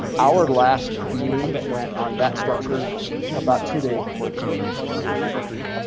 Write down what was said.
our last beam went on that structure about two days before this photo was taken with the tree,